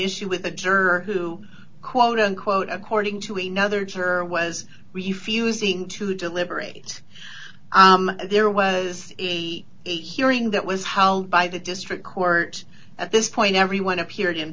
issue with the juror who quote unquote according to a no other juror was refusing to deliberate there was a hearing that was held by the district court at this point everyone appeared in